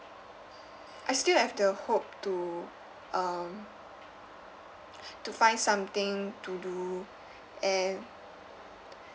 I still have the hope to um to find something to do and